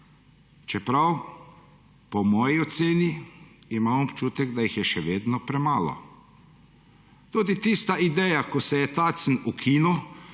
čeprav imam po moji oceni občutek, da jih je še vedno premalo. Tudi tista ideja, ko se je Tacen ukinil,